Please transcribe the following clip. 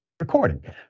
Recording